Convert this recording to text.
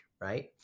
right